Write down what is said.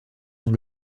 dans